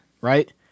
right